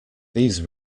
these